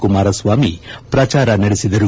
ಕುಮಾರಸ್ನಾಮಿ ಪ್ರಚಾರ ನಡೆಸಿದರು